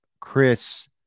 Chris